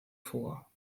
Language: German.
vor